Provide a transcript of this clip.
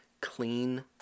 clean